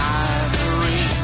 ivory